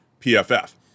PFF